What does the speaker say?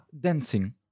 dancing